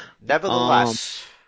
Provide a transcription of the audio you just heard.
Nevertheless